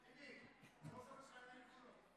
היושב-ראש,